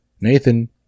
Nathan